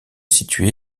situé